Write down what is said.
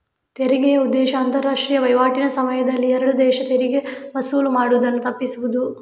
ತೆರಿಗೆಯ ಉದ್ದೇಶ ಅಂತಾರಾಷ್ಟ್ರೀಯ ವೈವಾಟಿನ ಸಮಯದಲ್ಲಿ ಎರಡು ದೇಶ ತೆರಿಗೆ ವಸೂಲು ಮಾಡುದನ್ನ ತಪ್ಪಿಸುದು